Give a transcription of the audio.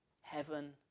heaven